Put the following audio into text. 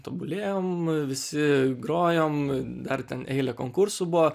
tobulėjom visi grojom dar ten eilė konkursų buvo